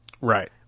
Right